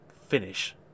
finish